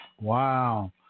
Wow